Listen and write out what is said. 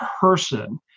person